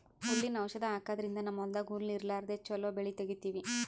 ಹುಲ್ಲಿನ್ ಔಷಧ್ ಹಾಕದ್ರಿಂದ್ ನಮ್ಮ್ ಹೊಲ್ದಾಗ್ ಹುಲ್ಲ್ ಇರ್ಲಾರ್ದೆ ಚೊಲೋ ಬೆಳಿ ತೆಗೀತೀವಿ